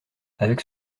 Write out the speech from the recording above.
avec